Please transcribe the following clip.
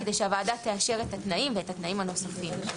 כדי שהוועדה תאשר את התנאים ואת התנאים הנוספים.